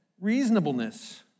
reasonableness